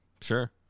Sure